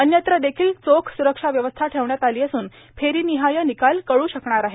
अन्यत्र देखील चोख सुरक्षा व्यवस्था ठेवण्यात आलो असून फेरोोनहाय र्मिकाल कळू शकणार आहेत